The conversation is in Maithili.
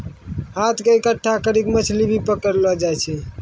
हाथ से इकट्ठा करी के मछली भी पकड़लो जाय छै